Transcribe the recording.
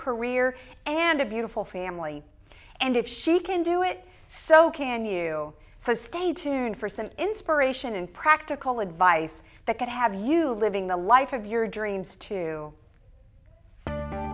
career and a beautiful family and if she can do it so can you sustain a tune for some inspiration and practical advice that could have you living the life of your dreams to